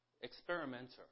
experimenter